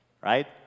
right